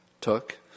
took